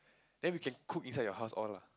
then we can cook inside your house all lah